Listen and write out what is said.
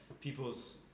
people's